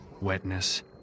wetness